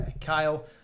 Kyle